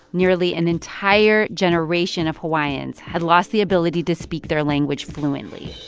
nearly an entire generation of hawaiians had lost the ability to speak their language fluently.